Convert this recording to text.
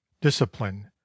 discipline